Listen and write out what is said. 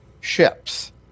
ships